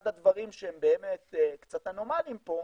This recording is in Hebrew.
אחד הדברים שהם באמת קצת אנומליים פה,